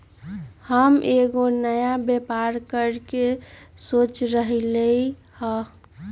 हम एगो नया व्यापर करके सोच रहलि ह